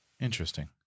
Interesting